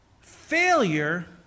failure